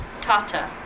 Tata